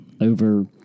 over